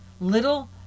Little